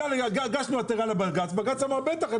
הגשנו עתירה לבג"ץ ובג"ץ אמר: בטח,